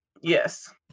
Yes